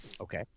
okay